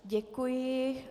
Děkuji.